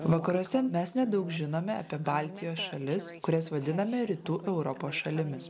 vakaruose mes nedaug žinome apie baltijos šalis kurias vadiname rytų europos šalimis